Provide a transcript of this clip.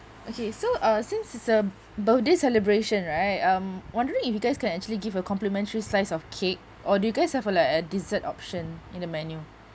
okay so uh since it's a birthday celebration right um I'm wondering if you guys can actually give a complimentary slice of cake or do you guys have a like a dessert option in the menu